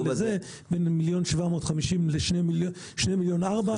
לזה - בין 1,750 מיליון ל-2.4 מיליון.